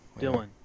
dylan